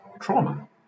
trauma